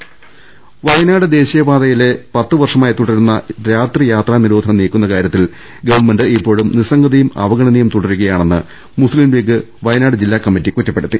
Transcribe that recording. രുട്ട്ട്ട്ട്ട്ട്ട്ട്ട വയനാട് ദേശീയപാതയിലെ പത്തുവർഷമായി തുടരുന്ന രാത്രിയാത്രാ നിരോധനം നീക്കുന്ന കാര്യത്തിൽ ഗവൺമെന്റ് ഇപ്പോഴും നിസംഗതയും അവഗണനയും തുടരുകയാണെന്ന് മുസ്ലിംലീഗ് ജില്ലാ കമ്മിറ്റി കുറ്റപ്പെടുത്തി